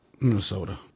Minnesota